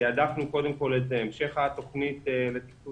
תעדפנו קודם כל את המשך התוכנית לתקצוב